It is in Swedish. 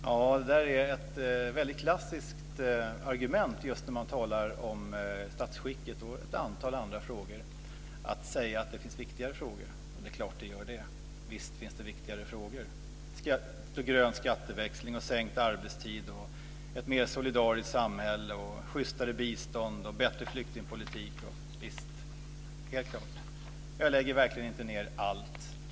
Herr talman! Det är ett klassiskt argument när man talar om statsskicket och ett antal andra frågor att säga att det finns viktigare frågor. Det är klart att det gör det - visst finns det viktigare frågor. Det gäller t.ex. grön skatteväxling, sänkt arbetstid, ett mer solidariskt samhälle, schystare bistånd, bättre flyktingpolitik osv. Det är helt klart. Jag lägger verkligen inte ned allt på kungahuset.